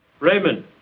Raymond